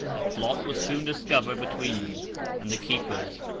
a plot was soon discovered between them and the keepers,